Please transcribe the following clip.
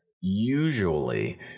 usually